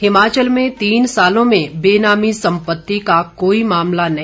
हिमाचल में तीन सालों में बेनामी संपत्ति का कोई मामला नहीं